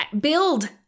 build